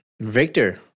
Victor